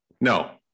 No